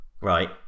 Right